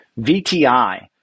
VTI